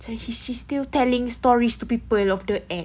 macam she she's still telling stories to people of the ex